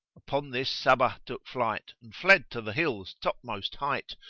upon this sabbah took flight, and fled to the hill's topmost height,